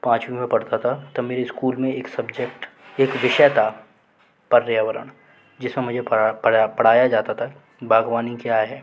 पाँचवीं में पढ़ता था तब मेरे ईस्कूल में एक सब्जेक्ट एक विषय था पर्यावरण जिस में मुझे पढ़ाया जाता था बाग़बानी क्या है